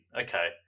Okay